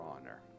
honor